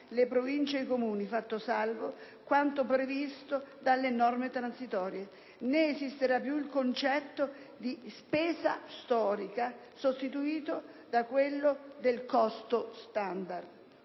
le Province e i Comuni, fatto salvo quanto previsto dalle norme transitorie. Né esisterà più il concetto di spesa storica, sostituito da quello del costo standard.